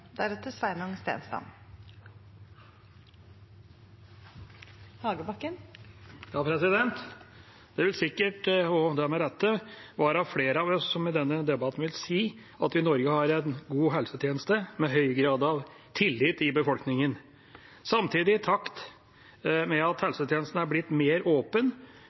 Det vil sikkert – og det med rette – være flere av oss som i denne debatten vil si at vi i Norge har en god helsetjeneste med høy grad av tillit i befolkningen. Samtidig, i takt med at helsetjenesten er blitt mer åpen